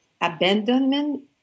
abandonment